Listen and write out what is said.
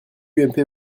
ump